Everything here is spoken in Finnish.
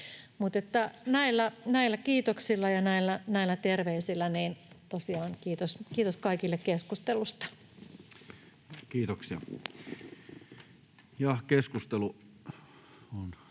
Näillä kiitoksilla ja näillä terveisillä tosiaan kiitos kaikille keskustelusta. [Speech